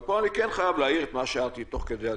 אבל פה אני כן חייב להעיר את מה שהערתי תוך כדי הדיונים.